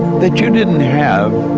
that you didn't have,